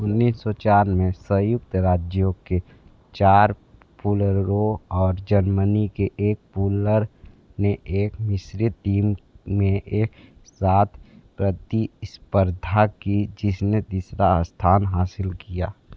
ऊनीस सौ चार में संयुक्त राज्यों के चार पुलरों और जर्मनी के एक पुलर ने एक मिश्रित टीम में एक साथ प्रतिस्पर्धा की जिसने तीसरा स्थान हासिल किया